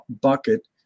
bucket